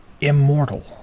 immortal